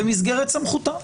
במסגרת סמכותם.